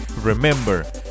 Remember